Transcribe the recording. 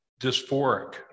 dysphoric